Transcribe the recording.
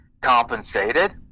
compensated